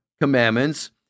commandments